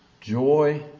joy